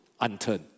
unturned